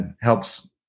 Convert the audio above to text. helps